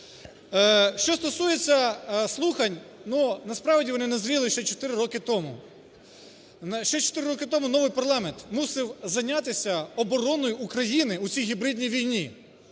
Що стосується слухань. Ну, насправді, вони назріли ще чотири роки тому. Ще чотири роки тому новий парламент мусив зайнятися обороною України у цій гібридній війні.